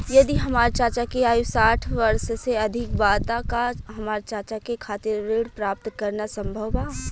यदि हमार चाचा के आयु साठ वर्ष से अधिक बा त का हमार चाचा के खातिर ऋण प्राप्त करना संभव बा?